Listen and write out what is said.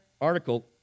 article